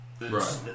Right